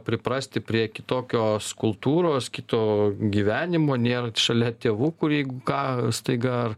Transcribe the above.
priprasti prie kitokios kultūros kito gyvenimo nėra šalia tėvų kurie jeigu ką staiga